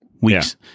weeks